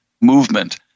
movement